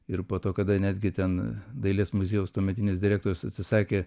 ir po to kada netgi ten dailės muziejaus tuometinis direktorius atsisakė